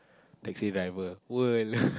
taxi driver world